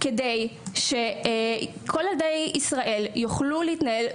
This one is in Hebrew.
כדי שכל ילדי ישראל יוכלו להתנהל,